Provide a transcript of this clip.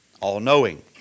all-knowing